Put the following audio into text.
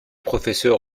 professeur